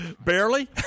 Barely